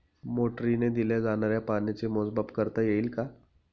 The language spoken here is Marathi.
मोटरीने दिल्या जाणाऱ्या पाण्याचे मोजमाप करता येईल का?